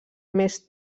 més